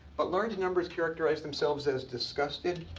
but large numbers characterized themselves as disgusted,